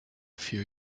few